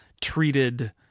treated